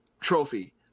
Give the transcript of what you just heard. trophy